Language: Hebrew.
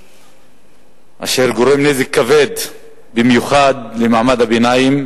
אשר גורם נזק כבד במיוחד למעמד הביניים,